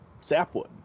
sapwood